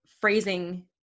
phrasing